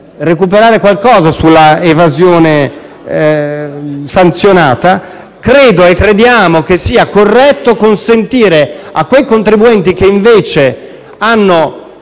recuperare qualcosa sull'evasione sanzionata, crediamo che sia corretto consentire a quei contribuenti che, invece, hanno